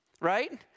right